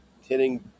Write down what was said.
hitting